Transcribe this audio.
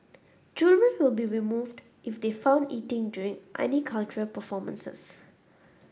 children will be removed if they found eating during any cultural performances